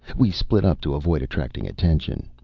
we split up to avoid attracting attention.